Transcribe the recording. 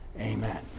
amen